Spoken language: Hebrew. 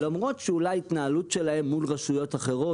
למרות שאולי ההתנהלות שלהם מול רשויות אחרות,